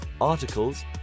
articles